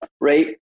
right